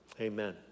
Amen